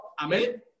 amen